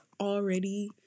already